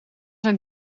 zijn